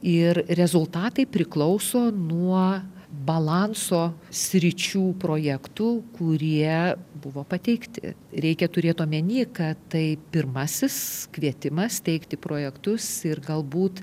ir rezultatai priklauso nuo balanso sričių projektų kurie buvo pateikti reikia turėt omeny kad tai pirmasis kvietimas teikti projektus ir galbūt